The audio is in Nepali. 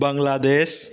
बङ्गलादेश